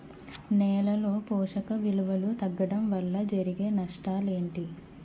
నేలలో పోషక విలువలు తగ్గడం వల్ల జరిగే నష్టాలేంటి?